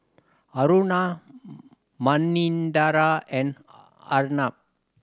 Aruna Manindra and Arnab